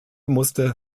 musste